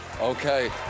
Okay